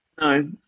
No